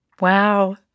Wow